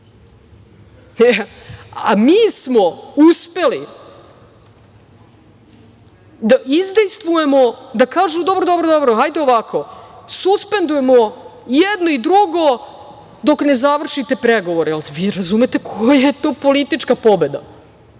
smo uspeli da izdejstvujemo da kažu – dobro, dobro, hajde ovako, suspendujmo jedno i drugo dok ne završite pregovore. Da li vi razumete koja je to politička pobeda?